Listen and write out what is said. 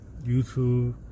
YouTube